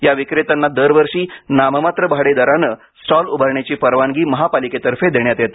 या विक्रेत्यांना दरवर्षी नाममात्र भाडे दराने स्टॉल उभारण्याची परवानगी महापालिकेतर्फे देण्यात येते